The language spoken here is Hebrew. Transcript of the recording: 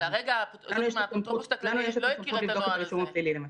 לנו יש סמכות לבדוק את הרישום הפלילי למשל.